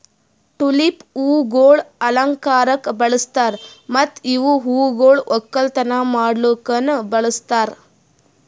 tulip ಹೂವುಗೊಳ್ ಅಲಂಕಾರಕ್ ಬಳಸ್ತಾರ್ ಮತ್ತ ಇವು ಹೂಗೊಳ್ ಒಕ್ಕಲತನ ಮಾಡ್ಲುಕನು ಬಳಸ್ತಾರ್